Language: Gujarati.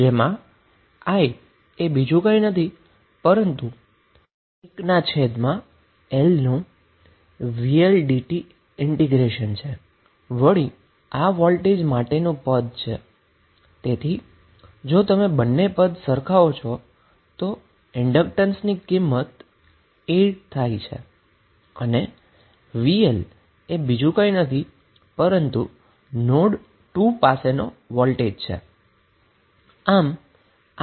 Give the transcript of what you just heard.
જેમાં i એ બીજું કઈ નથી પરંતુ 1 ના છેદ માં L ઈન્ટીગ્રલ vL dt છે વળી આ વોલ્ટેજ ટર્મ છે તેથી જો તમે બંને ટર્મને સરખાવો તો ઈન્ડક્ટન્સની વેલ્યુ 8 થાય છે અને vL એ બીજું કંઈ નથી પરંતુ નોડ 2 પરનો વોલ્ટેજ છે